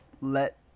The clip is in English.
let